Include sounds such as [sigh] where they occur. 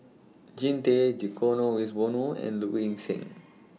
Jean Tay Dkolo Wiswono and Low Ing Sing [noise]